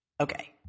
Okay